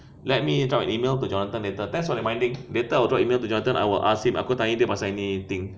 let me email to jonathan later thanks for reminding later I will drop an email to jonathan I will ask him aku tanya dia pasal ini thing